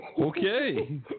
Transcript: Okay